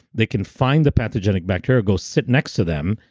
they can find the pathogenic bacteria go sit next to them,